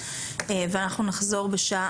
ואנחנו נחזור בשעה